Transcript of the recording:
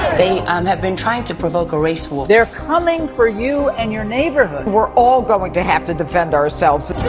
they um have been trying to provoke a race war. they're coming for you and your neighborhood! we're all going to have to defend ourselves.